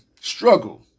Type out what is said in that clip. struggle